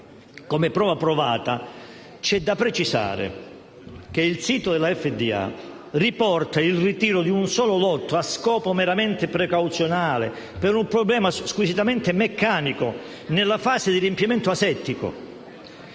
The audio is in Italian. come prova provata, c'è da precisare che il sito della Food and Drug Administration riporta il ritiro di un solo lotto a scopo meramente precauzionale per un problema squisitamente meccanico nella fase di riempimento asettico.